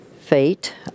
fate